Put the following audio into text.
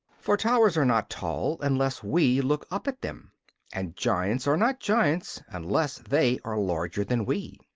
for towers are not tall unless we look up at them and giants are not giants unless they are larger than we.